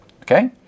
okay